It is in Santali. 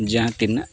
ᱡᱟᱦᱟᱸ ᱛᱤᱱᱟᱹᱜ